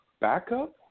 backup